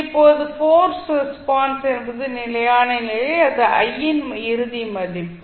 இப்போது forced response என்பது நிலையான நிலை அல்லது i இன் இறுதி மதிப்பு